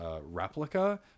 replica